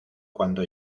cuando